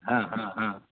हां हां हां